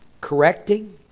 correcting